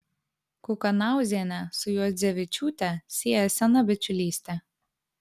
kukanauzienę su juodzevičiūte sieja sena bičiulystė